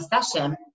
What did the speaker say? session